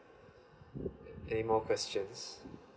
anymore questions